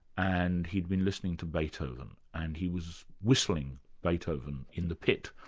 and he'd been listening to beethoven, and he was whistling beethoven in the pit.